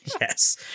Yes